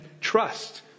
trust